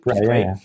Right